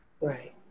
Right